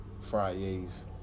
Fridays